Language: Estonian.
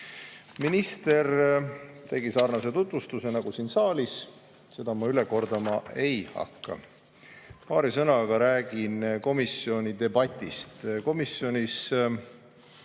Minister tegi sarnase tutvustuse nagu siin saalis, seda ma üle kordama ei hakka. Paari sõnaga räägin komisjoni debatist. Komisjonis